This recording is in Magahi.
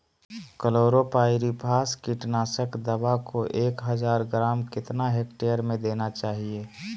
क्लोरोपाइरीफास कीटनाशक दवा को एक हज़ार ग्राम कितना हेक्टेयर में देना चाहिए?